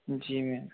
जी ma'am